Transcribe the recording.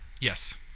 yes